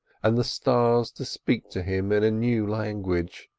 and the stars to speak to him in a new language,